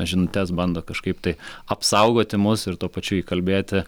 žinutes bando kažkaip tai apsaugoti mus ir tuo pačiu įkalbėti